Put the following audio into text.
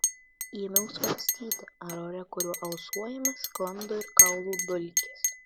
ėmiau svarstyti ar ore kuriuo alsuojame sklando ir kaulų dulkės